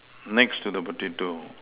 next to the potato